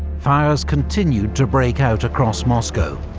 fires continued to break out across moscow,